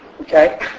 Okay